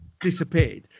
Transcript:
disappeared